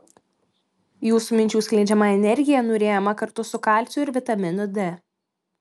jūsų minčių skleidžiama energija nuryjama kartu su kalciu ir vitaminu d